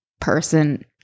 person